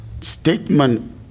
statement